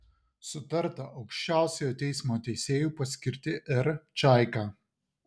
sutarta aukščiausiojo teismo teisėju paskirti r čaiką